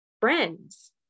friends